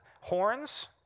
horns